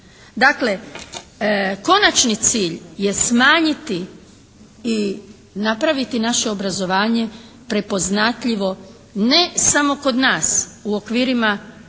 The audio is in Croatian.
Dakle konačni cilj je smanjiti i napraviti naše obrazovanje prepoznatljivo ne samo kod nas u okvirima naše zemlje